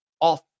off